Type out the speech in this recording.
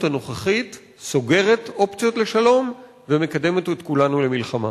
הנוכחית סוגרת אופציות לשלום ומקדמת את כולנו למלחמה.